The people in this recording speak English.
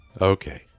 Okay